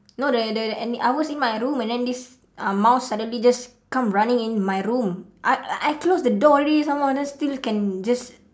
no the the ani~ I was in my room and then this uh mouse suddenly just come running in my room I I I close the door already some more then still can just